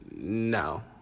no